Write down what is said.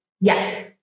Yes